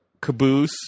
Caboose